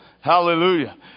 Hallelujah